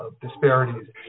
disparities